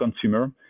consumer